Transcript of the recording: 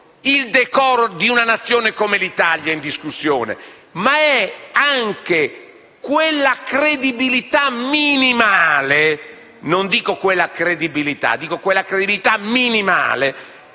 il decoro di una Nazione come l'Italia, ma è anche quella credibilità minimale (non dico quella credibilità, ma, ripeto, quella credibilità minimale)